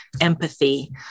empathy